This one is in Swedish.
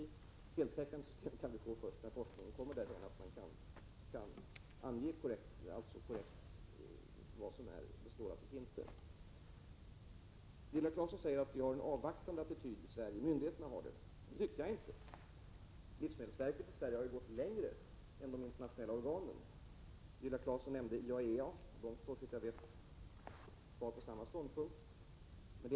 Ett heltäckande system kan vi få först när forskningen kommit dithän att man kan ange korrekt vad som är bestrålat och inte. Viola Claesson säger att myndigheterna har en avvaktande attityd i Sverige. Det tycker jag inte. Livsmedelsverket i Sverige har gått längre än de internationella organen. Viola Claesson nämnde IAEA. Såvitt jag förstår står IAEA kvar på samma ståndpunkt.